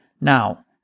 Now